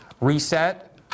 RESET